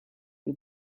you